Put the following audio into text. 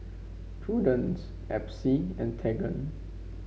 Prudence Epsie and Tegan